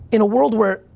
in a world where,